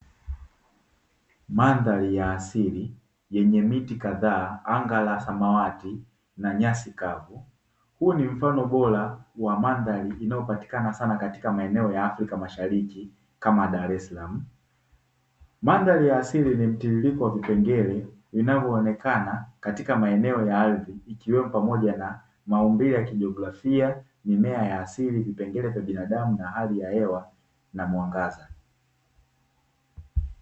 Mandhari ya asili yenye miti kadhaa, anga la na nyasi kavu. Huu ni mfano bora wa mandhari inayopatikana sana katika maeneo ya Afrika Mashariki kama Dar salamu. Mandhari ya asili ilipewa vipengele kama inavyonekana katika maeneo ya ardhi ikiwa ni pamoja na maumbile ya kijografia, mimea ya asii na hali ya hewa na mwangaza.